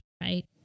right